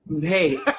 Hey